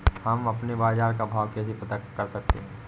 हम अपने बाजार का भाव कैसे पता कर सकते है?